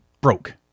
broke